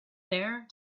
there